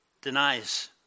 denies